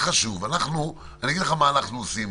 אני אגיד לך מה אנחנו עושים